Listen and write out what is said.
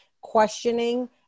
questioning